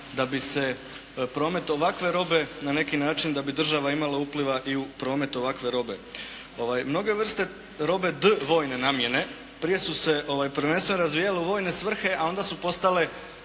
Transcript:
da bi se promet ovakve robe na neki način da bi država imala upliva i u promet ovakve robe. Mnoge vrste robe dvojne namjene prije su se prvenstveno razvijale u vojne svrhe, a onda su postale